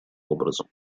образом